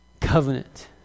covenant